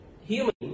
human